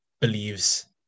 believes